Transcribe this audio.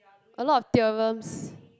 a lot of theorems